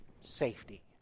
safety